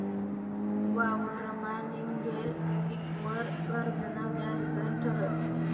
वावरमा निंघेल पीकवर कर्जना व्याज दर ठरस